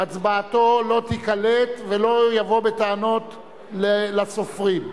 הצבעתו לא תיקלט, ולא יבוא בטענות לסופרים.